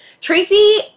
Tracy